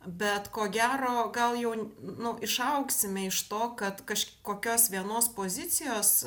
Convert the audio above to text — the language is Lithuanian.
bet ko gero gal jau nu išaugsime iš to kad kažkokios vienos pozicijos